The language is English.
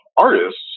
artists